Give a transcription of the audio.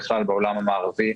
בכלל בעולם המערבי,